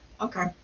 Okay